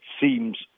seems